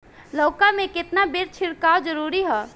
लउका में केतना बेर छिड़काव जरूरी ह?